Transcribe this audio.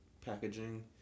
packaging